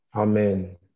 Amen